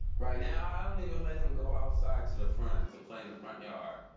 right now, i don't even let him go outside to the front, to play in the front yard,